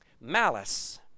Malice